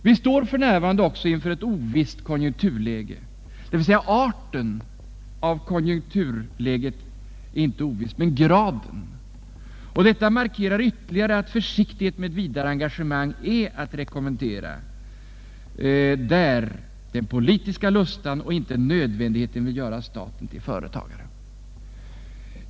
Vi står för närvarande också inför ctt ovisst konjunkturläge, dvs. arten av konjunkturläget är inte oviss men väl graden, och detta markerar ytterligare att försiktighet med vidare engagemang är att rekommendera, när den politiska lustan och inte nödvändigheten vill göra staten till företagare.